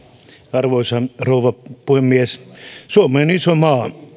arvoisa rouva puhemies suomi on iso maa